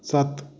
ਸੱਤ